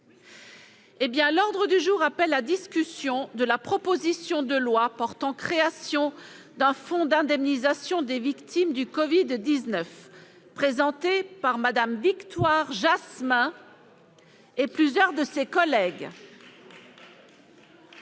et républicain, la discussion de la proposition de loi portant création d'un fonds d'indemnisation des victimes du Covid-19, présentée par Mme Victoire Jasmin et plusieurs de ses collègues